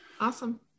Awesome